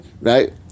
right